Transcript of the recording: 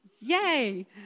yay